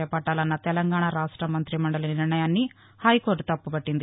చేపట్టాలన్న తెలంగాణ రాష్ట మంతిమండలి నిర్ణయాన్ని హైకోర్టు తప్పపట్టింది